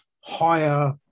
higher